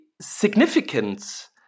significance